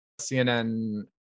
CNN